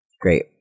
Great